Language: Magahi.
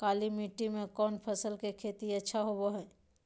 काली मिट्टी में कौन फसल के खेती अच्छा होबो है?